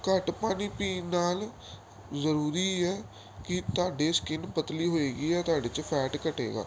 ਘੱਟ ਪਾਣੀ ਪੀਣ ਨਾਲ ਜ਼ਰੂਰੀ ਹੈ ਕਿ ਤੁਹਾਡੀ ਸਕਿੰਨ ਪਤਲੀ ਹੋਏਗੀ ਹੈ ਤੁਹਾਡੇ 'ਚ ਫੈਟ ਘਟੇਗਾ